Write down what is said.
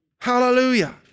Hallelujah